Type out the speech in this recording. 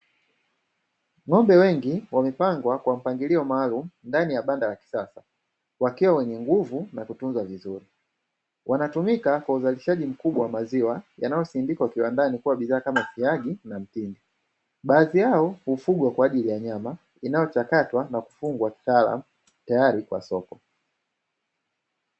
Ng'ombe wengi wamepangwa kwa mpangilio maalumu ndani ya banda la kisasa, wakiwa wenye nguvu na kutunzwa vizuri. Wanatumika kwa uzalishaji mkubwa wa maziwa yanayosindikwa viwandani kuwa bidhaa kama siagi na mtindi. Baadhi yao hufugwa kwa ajili ya nyama inayochakatwa na kufungwa kitaalamu tayari kwa soko.